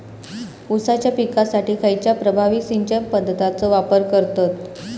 ऊसाच्या पिकासाठी खैयची प्रभावी सिंचन पद्धताचो वापर करतत?